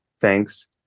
Thanks